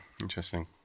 interesting